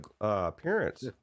appearance